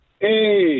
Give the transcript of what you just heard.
Hey